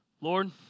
Lord